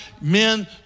men